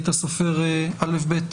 הסופר א.ב.